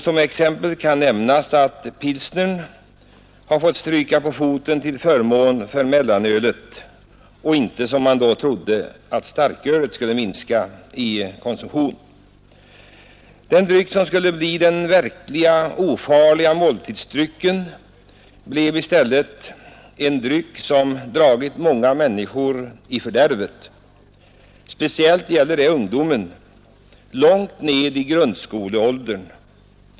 Som exempel kan nämnas att pilsnern har fått stryka på foten för mellanölet, och följden blev inte, som man då trodde, minskad konsumtion av starköl. En dryck som skulle bli den verkligt ofarliga måltidsdrycken blev i stället en dryck som dragit många människor i fördärvet. Speciellt gäller det ungdomen, långt ned i grundskoleåldern.